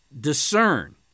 discern